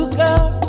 girl